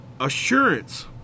assurance